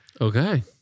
Okay